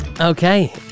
Okay